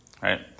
right